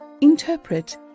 interpret